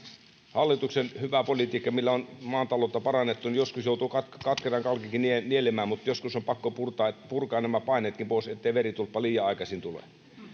hallituksen hyvä politiikka millä on maan taloutta parannettu niin joskus joutuu katkeran kalkinkin nielemään mutta joskus on pakko purkaa nämä paineetkin pois ettei veritulppa liian aikaisin tule